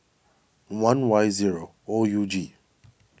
one Y zero O U G